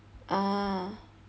ah